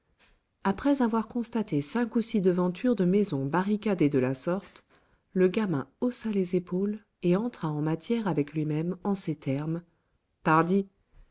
après avoir constaté cinq ou six devantures de maisons barricadées de la sorte le gamin haussa les épaules et entra en matière avec lui-même en ces termes pardi